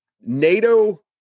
NATO